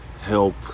Help